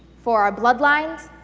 for our bloodlines,